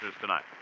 Tonight